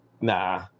nah